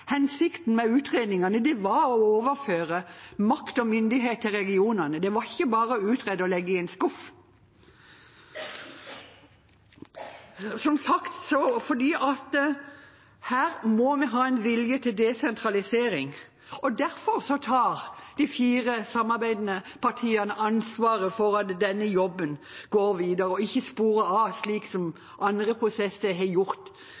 hensikten med utredningene var å overføre makt og myndighet til regionene – det var ikke bare å utrede det og legge det i en skuff. Som sagt: Her må vi ha en vilje til desentralisering, og derfor tar de fire samarbeidende partiene ansvaret for at denne jobben går videre og ikke sporer av slik som andre prosesser har gjort